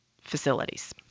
facilities